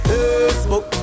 Facebook